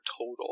total